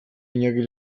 iñaki